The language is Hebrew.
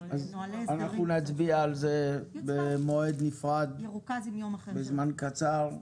אנחנו נצביע על זה במועד נפרד בזמן קצר,